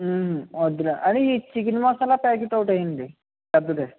వద్దులే అది ఈ చికెన్ మసాలా ప్యాకెట్ ఒకటి వెయ్యండి పెద్దది